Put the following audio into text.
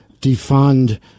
defund